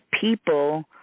people